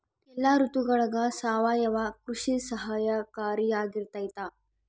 ಎಲ್ಲ ಋತುಗಳಗ ಸಾವಯವ ಕೃಷಿ ಸಹಕಾರಿಯಾಗಿರ್ತೈತಾ?